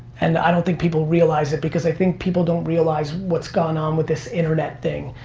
and i don't think people realize it because i think people don't realize what's gone on with this internet thing.